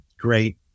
great